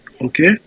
Okay